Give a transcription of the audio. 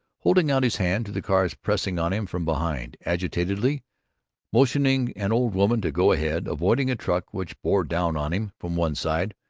holding out his hand to the cars pressing on him from behind, agitatedly motioning an old woman to go ahead, avoiding a truck which bore down on him from one side.